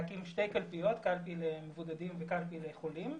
להקים שתי קלפיות קלפי למבודדים וקלפי לחולים.